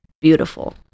beautiful